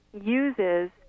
uses